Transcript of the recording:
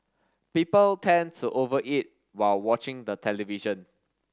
people tend to over eat while watching the television